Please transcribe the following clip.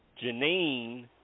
Janine